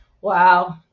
Wow